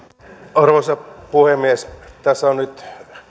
arvoisa puhemies tässä on nyt